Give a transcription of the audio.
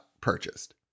purchased